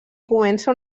comença